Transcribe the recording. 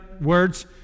words